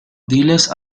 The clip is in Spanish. diles